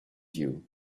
you